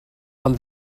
ond